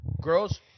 girls